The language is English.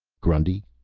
grundy,